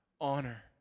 honor